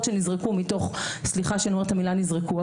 שנזרקו סליחה שאני אומרת את המילה נזרקו,